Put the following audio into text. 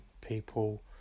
people